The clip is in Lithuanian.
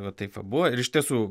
va taip va buvo ir iš tiesų